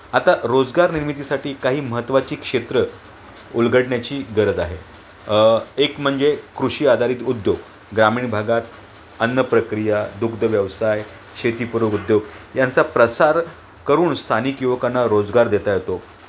आता रोजगार निर्मितीसाठी काही महत्त्वाची क्षेत्र उलगडण्याची गरज आहे एक म्हणजे कृषी आधारित उद्योग ग्रामीण भागात अन्न प्रक्रिया दुग्धव्यवसाय शेतीपूरक उद्योग यांचा प्रसार करून स्थानिक युवकांना रोजगार देता येतो